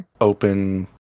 Open